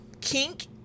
kink